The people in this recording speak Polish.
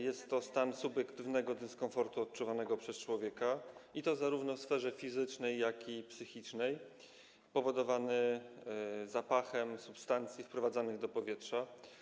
Jest to stan subiektywnego dyskomfortu odczuwanego przez człowieka, i to zarówno w sferze fizycznej, jak i psychicznej, powodowany zapachem substancji wprowadzanych do powietrza.